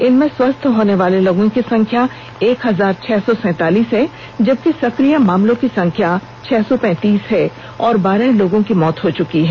इनमें स्वस्थ होनेवाले लोगों की संख्या एक हजार छह सौ सैंतालीस है जबकि सक्रिय मामलों की संख्या छह सौ पैंतीस है और बारह लोगों की मौत हो चुकी है